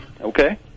Okay